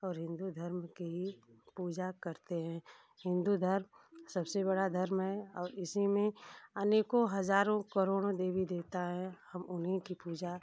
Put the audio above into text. और हिंदू धर्म की ही पूजा करते हैं हिंदू धर्म सबसे बड़ा धर्म है और इसी में अनेकों हज़ारों करोड़ों देवी देवता हैं हम उन्हीं की पूजा